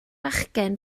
fachgen